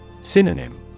Synonym